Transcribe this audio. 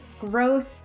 growth